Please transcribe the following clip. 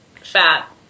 fat